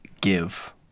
give